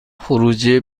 خروجی